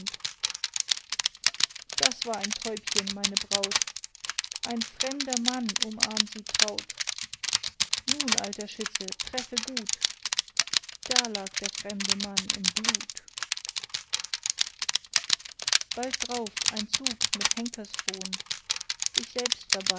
das war mein täubchen meine braut ein fremder mann umarmt sie traut nun alter schütze treffe gut da lag der fremde mann im blut bald drauf ein zug mit henkersfron ich selbst